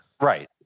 right